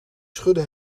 schudde